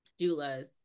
doulas